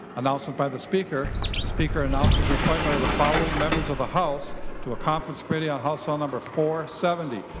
announcement by the speaker the speaker announces the appointment of the following members of the house to a conference committee on house ah file for seventy.